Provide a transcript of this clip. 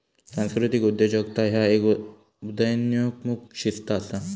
सांस्कृतिक उद्योजकता ह्य एक उदयोन्मुख शिस्त असा